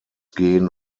gehen